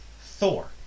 Thor